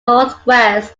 northwest